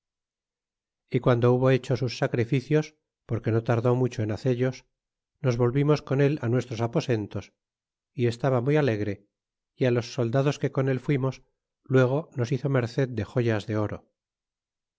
y guando hubo hecho sus sacrificios porque no tardó mucho en hacellos nos volvimos con él á nuestros aposentos y estaba muy alegre y á los soldados que con él fuimos luego nos hizo merced de joyas de oro